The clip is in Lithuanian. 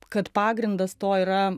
kad pagrindas to yra